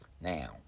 Now